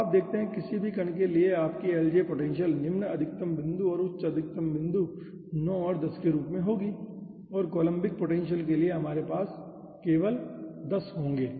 तो आप देखते हैं किसी भी कण के लिए आपकी LJ पोटेंशियल निम्न अधिकतम बिंदु और उच्च अधिकतम बिंदु 9 और 10 के रूप में होगी और कोलंबिक पोटेंशियल के लिए हमारे पास केवल 10 होंगे